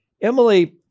Emily